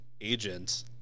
agent